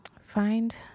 find